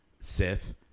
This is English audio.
Sith